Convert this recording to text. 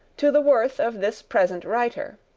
to the worth of this present writer.